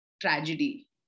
tragedy